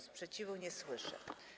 Sprzeciwu nie słyszę.